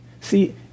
See